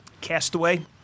Castaway